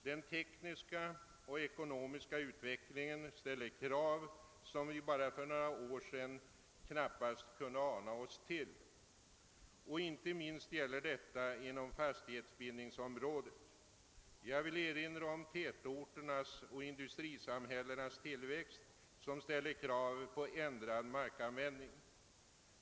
Den tekniska och ekonomiska utvecklingen ställer krav som vi bara för några år sedan knappast kunde ana oss till. Inte minst gäller detta inom fastighetsbildningsområdet. Jag vill erinra om tätorternas och industrisamhällenas tillväxt, som ställer krav på ändrad markanvändning.